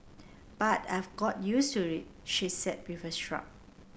but I've got use to it she said with a shrug